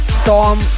Storm